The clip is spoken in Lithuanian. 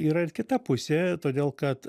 yra ir kita pusė todėl kad